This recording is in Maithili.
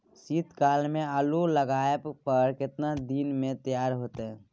शीत काल में आलू लगाबय पर केतना दीन में तैयार होतै?